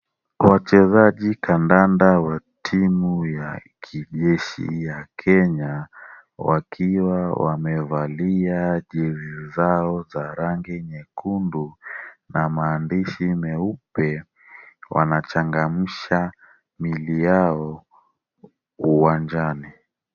Wachezaji kandanda wa timu ya kijeshi ya Kenya, wakiwa wamevalia jezi zao za rangi nyekundu na maandishi meupe, wanachangamsha miili yao uwanjani.